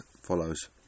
follows